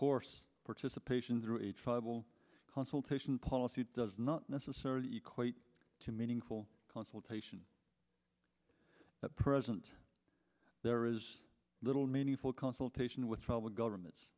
course participation through a tribal consultation policy does not necessarily equate to meaningful consultation at present there is little meaningful consultation with public government